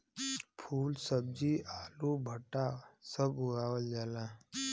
फूल सब्जी आलू भंटा सब उगावल जाला